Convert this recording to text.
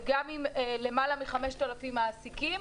וגם עם למעלה מ-5,000 מעסיקים.